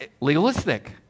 legalistic